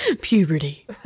Puberty